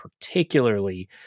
particularly